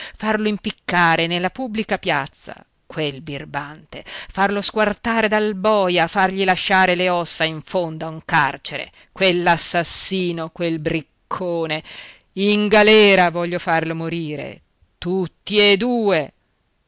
farlo impiccare nella pubblica piazza quel birbante farlo squartare dal boia fargli lasciare le ossa in fondo a un carcere quell'assassino quel briccone in galera voglio farlo morire tutti e due